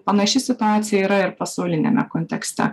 panaši situacija yra ir pasauliniame kontekste